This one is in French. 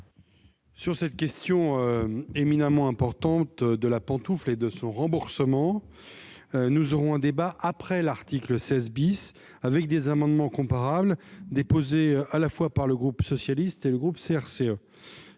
Sur la question éminemment importante de la pantoufle et de son remboursement, nous aurons un débat après l'article 16 , des amendements comparables ayant été déposés par le groupe socialiste et le groupe CRCE.